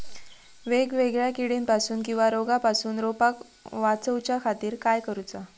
वेगवेगल्या किडीपासून किवा रोगापासून रोपाक वाचउच्या खातीर काय करूचा?